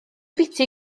biti